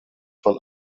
von